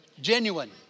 Genuine